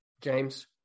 James